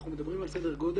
אנחנו מדברים על סדר גודל,